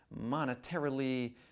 monetarily